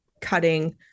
cutting